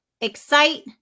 excite